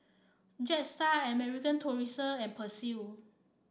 Jetstar American Tourister and Persil